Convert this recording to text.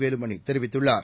வேலுமணி தெரிவித்துள்ளார்